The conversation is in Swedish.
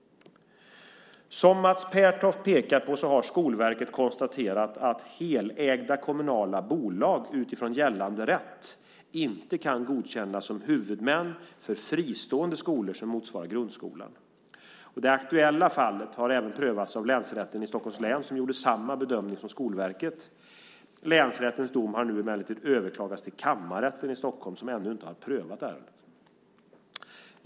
Som Mats Pertoft pekar på har Skolverket konstaterat att helägda kommunala bolag utifrån gällande rätt inte kan godkännas som huvudmän för fristående skolor som motsvarar grundskolan. Det aktuella fallet har även prövats av Länsrätten i Stockholms län som gjorde samma bedömning som Skolverket. Länsrättens dom har nu emellertid överklagats till Kammarrätten i Stockholm som ännu inte prövat ärendet.